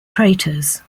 craters